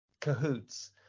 cahoots